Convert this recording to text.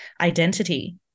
identity